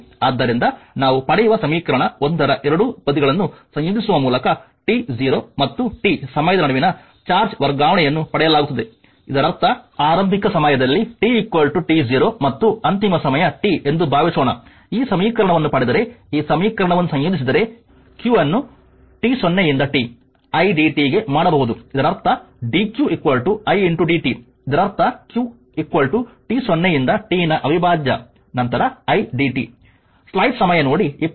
ಆದ್ದರಿಂದ ನಾವು ಪಡೆಯುವ ಸಮೀಕರಣ 1 ರ ಎರಡೂ ಬದಿಗಳನ್ನು ಸಂಯೋಜಿಸುವ ಮೂಲಕ t 0 ಮತ್ತು t ಸಮಯದ ನಡುವಿನ ಚಾರ್ಜ್ ವರ್ಗಾವಣೆಯನ್ನು ಪಡೆಯಲಾಗುತ್ತದೆಇದರರ್ಥ ಆರಂಭಿಕ ಸಮಯದಲ್ಲಿ t t 0 ಮತ್ತು ಅಂತಿಮ ಸಮಯ t ಎಂದು ಭಾವಿಸೋಣಈ ಸಮೀಕರಣವನ್ನು ಪಡೆದರೆ ಈ ಸಮೀಕರಣವನ್ನು ಸಂಯೋಜಿಸಿದರೆq ಅನ್ನು t 0 ಯಿಂದ t idt ಗೆ ಮಾಡಬಹುದು ಇದರರ್ಥ ಇದು dq i dt ಆದ್ದರಿಂದ q t 0 ಯಿಂದ t ನ ಅವಿಭಾಜ್ಯ ನಂತರ idt